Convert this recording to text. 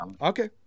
Okay